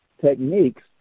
techniques